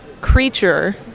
creature